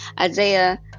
Isaiah